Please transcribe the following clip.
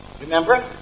Remember